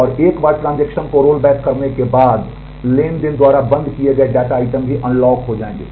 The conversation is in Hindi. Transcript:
और एक बार ट्रांजेक्शन करने के बाद ट्रांज़ैक्शन द्वारा बंद किए गए डेटा आइटम भी अनलॉक हो जाएंगे